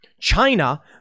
China